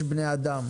יש בני אדם,